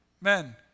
men